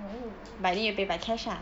oh